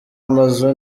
amazu